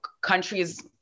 countries